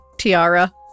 tiara